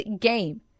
game